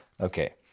okay